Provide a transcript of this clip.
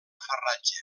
farratge